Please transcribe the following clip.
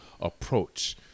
approach